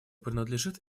принадлежит